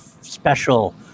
special